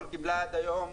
תיכף אגיד.